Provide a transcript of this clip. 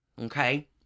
Okay